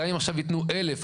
גם אם עכשיו יתנו 1,000%,